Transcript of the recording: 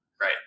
Right